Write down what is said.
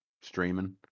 streaming